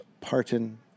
Parton